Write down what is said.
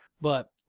but-